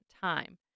time